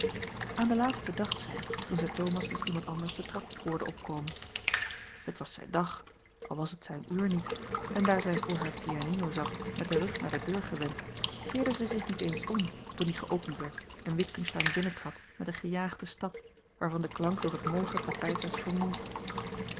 aan den laatste dacht zij toen zij thomas met iemand anders de trap hoorde opkomen het was zijn dag al was het zijn uur niet en daar zij voor hare pianino zat met den rug naar de deur gewend keerde zij zich niet eens om toen die geopend werd en witgensteyn binnentrad met een gejaagden stap waarvan de klank door het mollige tapijt werd